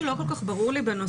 משהו לא כל כך ברור לי בנושא,